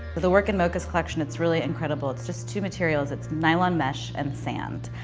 the work in moca's collection it's really incredible. it's just two materials. it's nylon mesh and sand.